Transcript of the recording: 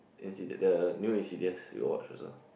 Insidious the new Insidious we watch also